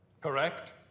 Correct